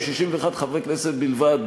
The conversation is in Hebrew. עם 61 חברי כנסת בלבד,